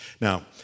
Now